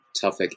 tough